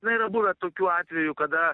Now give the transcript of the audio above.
na yra buvę tokių atvejų kada